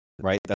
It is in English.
right